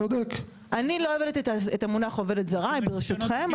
אני לא עיבדתי את המונח עובדת זרה ברשותכם.